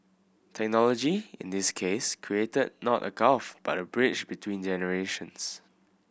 technology in this case created not a gulf but a bridge between generations